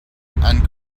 and